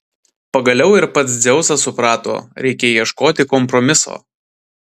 pagaliau ir pats dzeusas suprato reikia ieškoti kompromiso